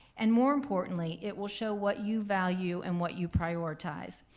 and more importantly, it will show what you value and what you prioritize.